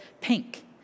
pink